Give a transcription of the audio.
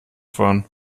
fahren